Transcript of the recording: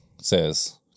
says